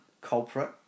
culprit